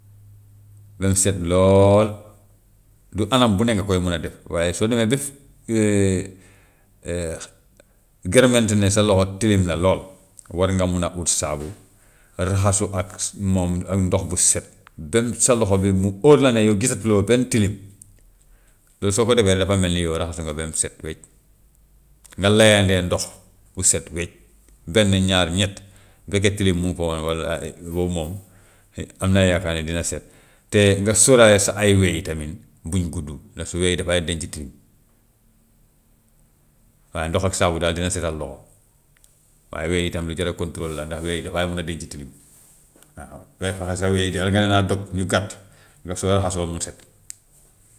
Ba mu set lool du anam bu ne nga koy mun a def, waaye soo demee ba nga remark ne sa loxo tilim na lool war nga mun a ut saabu raxasu ak moom ak ndox bu set ba sa loxo bi mu óor la ne yow gisatuloo benn tilim, loolu soo ko defee rek dafay mel ni yow raxasu nga ba mu set wecc, nga leyandee ndox bu set wecc, benn, ñaar, ñett, bu fekkee tilim mu ngi fa woon wallaahi boobu moom am naa yaakaar ne dina set. Te nga sóoraale sa ay we yi tamin bu ñu gudd, ndax su we yi dafay denc tilim. Waa ndox ak saabu daal dina setal loxo, waaye we yi tam lu jar a contrôler la, ndax we yi dafay mun a denc tilim, waaw ngay fexe sa we yi jar nga leen a dog ñu gàtt ndax soo raxasoo mu set.